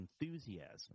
enthusiasm